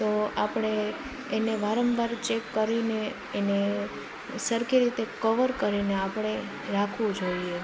તો આપણે એને વારંવાર ચેક કરીને એને સરખી રીતે કવર કરીને આપણે રાખવું જોઈએ